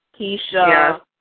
Keisha